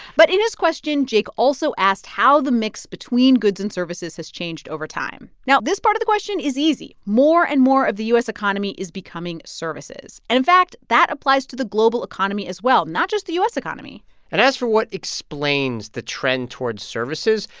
but in his question, jake also asked how the mix between goods and services has changed over time. now, this part of the question is easy. more and more of the u s. economy is becoming services. and in fact, that applies to the global economy as well, not just the u s. economy and as for what explains the trend towards services,